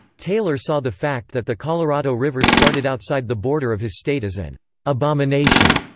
taylor saw the fact that the colorado river started outside the border of his state as an abomination.